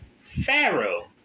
Pharaoh